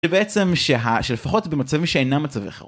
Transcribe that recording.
שבעצם, שלפחות במצבים שאינם מצבי חירום